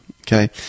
Okay